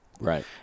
right